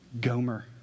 Gomer